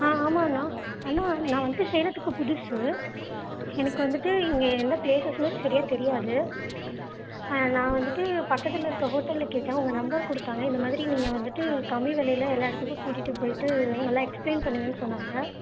ஆ ஆமாம்ணா அண்ணா நான் வந்துவிட்டு சேலத்துக்கு புதுசு எனக்கு வந்துவிட்டு இங்கே எந்த ப்லேஸஸ்மே சரியா தெரியாது நான் வந்துவிட்டு பக்கத்தில் இருக்க ஹோட்டலில் கேட்டேன் உங்க நம்பர் கொடுத்தாங்க இந்த மாதிரி நீங்கள் வந்துவிட்டு கம்மி விலையில எல்லா இடத்துக்கும் கூட்டிகிட்டு போய்விட்டு நல்லா எக்ஸ்பிளேன் பண்ணுவீங்கன்னு சொன்னாங்க